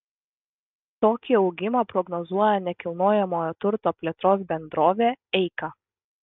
tokį augimą prognozuoja nekilnojamojo turto plėtros bendrovė eika